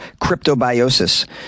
cryptobiosis